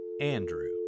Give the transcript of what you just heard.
Andrew